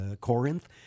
Corinth